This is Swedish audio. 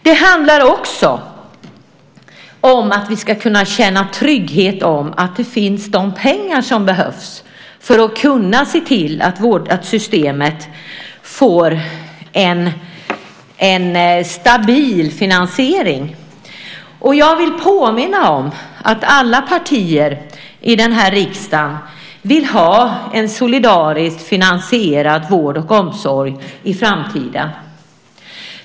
Det handlar också om att vi ska kunna känna trygghet inför att de pengar som behövs ska finnas för att systemet ska få en stabil finansiering. Jag vill påminna om att alla partier i den här riksdagen vill ha en solidariskt finansierad vård och omsorg i framtiden.